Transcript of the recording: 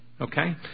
Okay